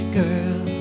girl